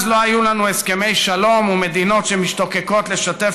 אז לא היו לנו הסכמי שלום ומדינות שמשתוקקות לשתף